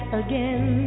again